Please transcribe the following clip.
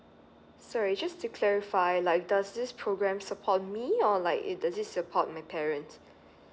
sorry just to clarify like does this program support me or like it does it support my parents